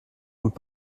und